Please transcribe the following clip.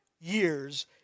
years